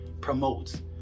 promotes